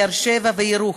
באר-שבע וירוחם,